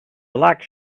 black